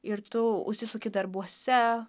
ir tu užsisuki darbuose